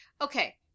Okay